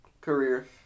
career